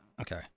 okay